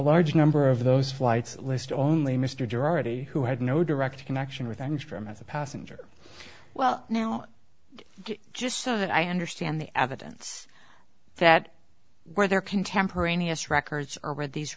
large number of those flights list only mr gerardi who had no direct connection with things for him as a passenger well now just so that i understand the evidence that were there contemporaneous records or with these